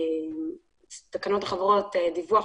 דיווח,